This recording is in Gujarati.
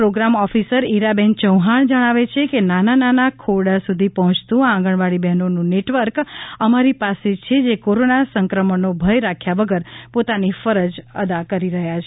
પ્રોગામ ઓફિસર ઈરાબેન ચૌહાણ જણાવે છે કે નાના નાના ખોરડા સુધી પહોંચતું આંગણવાડી બહેનોનું નેટવર્ક અમારી પાસે છે જે કોરોના સંક્રમણનો ભય રાખ્યા વગર પોતાની ફરજ અદા કરી રહ્યા છે